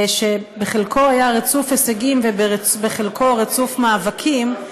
שבחלקו היה רצוף הישגים ובחלקו רצוף מאבקים,